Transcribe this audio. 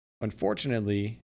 unfortunately